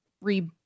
re-